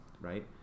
right